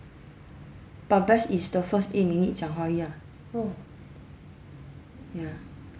but best is the first eight minute 讲华语 ah ya